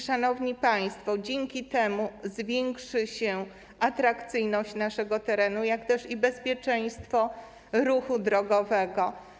Szanowni państwo, dzięki temu zwiększy się atrakcyjność naszego terenu, jak też bezpieczeństwo ruchu drogowego.